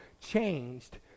changed